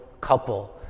couple